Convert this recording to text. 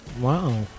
Wow